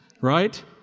right